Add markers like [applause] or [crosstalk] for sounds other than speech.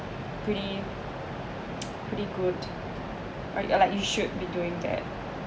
pretty [noise] pretty good right yeah lah you should be doing that